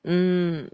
mm